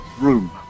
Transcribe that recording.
room